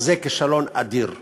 אז זה כישלון אדיר.